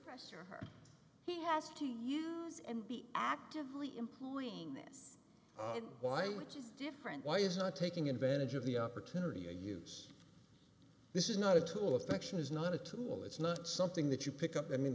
pressure prester he has to use and be actively employing this wife which is different why is not taking advantage of the opportunity to use this is not a tool affection is not a tool it's not something that you pick up i mean